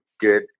good